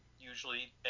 usually